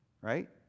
Right